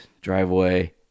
driveway